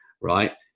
right